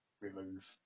remove